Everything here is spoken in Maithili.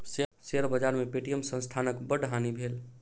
शेयर बाजार में पे.टी.एम संस्थानक बड़ हानि भेल